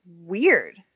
weird